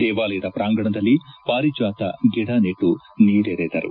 ದೇವಾಲಯದ ಪ್ರಾಂಗಣದಲ್ಲಿ ಪಾರಿಜಾತ ಗಿಡ ನೆಟ್ಟು ನೀರೆರೆದರು